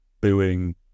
booing